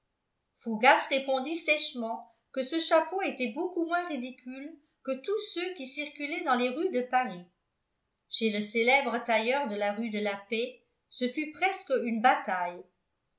fougas répondit sèchement que ce chapeau était beaucoup moins ridicule que tous ceux qui circulaient dans les rues de paris chez le célèbre tailleur de la rue de la paix ce fut presque une bataille